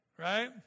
right